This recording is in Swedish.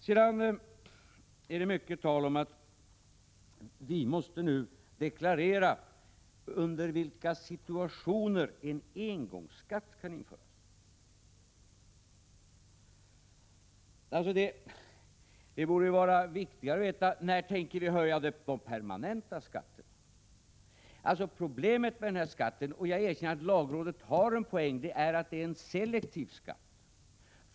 Så har det varit mycket tal om att vi nu måste deklarera i vilka situationer en engångsskatt skall kunna införas. Det borde ju vara viktigare att fråga: När tänker ni höja de permanenta skatterna? Problemet med denna skatt — och jag erkänner att lagrådet här har en poäng — är att den är selektiv.